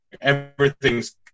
everything's